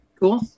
cool